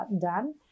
done